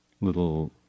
little